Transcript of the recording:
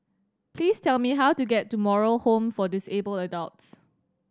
please tell me how to get to Moral Home for Disabled Adults